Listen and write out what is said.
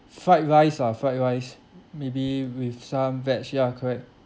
fried rice ah fried rice maybe with some vege ya correct